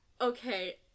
Okay